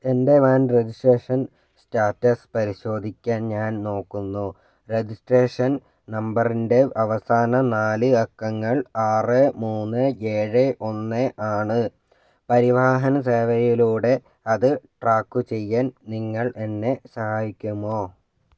എൻ്റെ van registration status പരിശോധിക്കാൻ ഞാൻ നോക്കുന്നു രജിസ്ട്രേഷൻ നമ്പറിൻ്റെ അവസാന നാല് അക്കങ്ങൾ ആറ് മൂന്ന് ഏഴ് ഒന്ന് ആണ് പരിവാഹന സേവയിലൂടെ അത് ട്രാക്ക് ചെയ്യാൻ നിങ്ങൾ എന്നെ സഹായിക്കുമോ